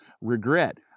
regret